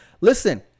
listen